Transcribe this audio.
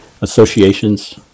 associations